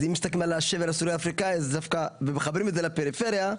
אז אם מסתכלים על השבר הסורי-אפריקני ומחברים את זה לפריפריה,